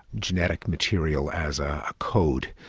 genetic material as a code.